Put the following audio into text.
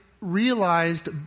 realized